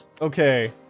Okay